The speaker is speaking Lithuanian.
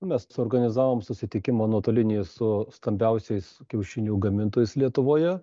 mes suorganizavom susitikimą nuotolinį su stambiausiais kiaušinių gamintojais lietuvoje